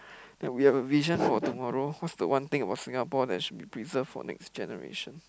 that we have a vision for tomorrow what's the one thing about Singapore that should be preserved for next generation